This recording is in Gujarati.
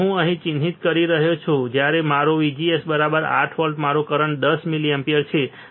તેથી હું અહીં ચિહ્નિત કરી રહ્યો છું જ્યારે મારો VGS 8 વોલ્ટ મારો કરંટ 10 મિલિએમ્પીયર છે